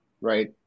right